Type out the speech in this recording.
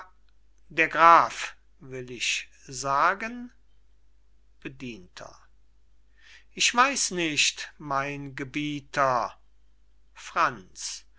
der graf will ich sagen bedienter ich weiß nicht mein gebieter franz